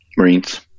Marines